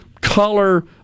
color